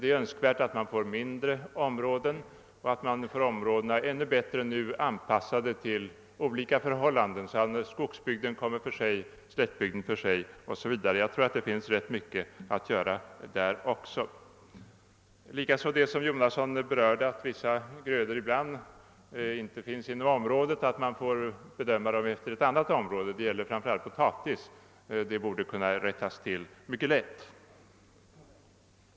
Det är önskvärt att man får mindre områden och att områdena ännu bättre än nu anpassas till olika förhållanden så att skogsbygden kommer för sig, slättbygden för sig o.s.v. Jag tror att det finns rätt mycket att göra där också. En rättelse borde även kunna ske i fråga om en sådan sak som att — herr Jonasson var inne även på detta — provytor för vissa grödor ibland inte finns inom området och att man därför bedömer dem med utgångspunkt från resultatet i ett annat område. Det gäller framför allt potatis.